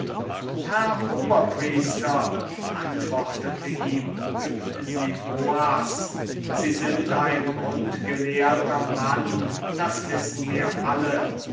herr oberpriester antwortete ihm hypsiboas sie sind ein grundgelehrter mann das wissen wir alle